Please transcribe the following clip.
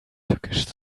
tückisch